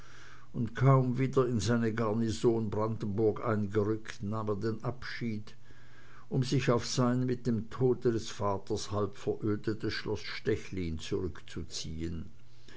und kaum wieder in seine garnison brandenburg eingerückt nahm er den abschied um sich auf sein seit dem tode des vaters halb verödetes schloß stechlin zurückzuziehen